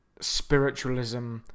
spiritualism